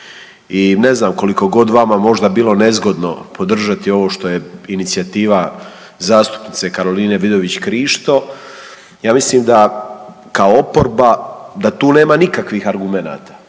i ne znam koliko god vama bilo možda nezgodno podržati ovo što je inicijativa zastupnice Karoline Vidović Krišto ja mislim da kao oporba da tu nema nikakvih argumenata.